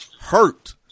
hurt